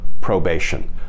probation